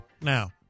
now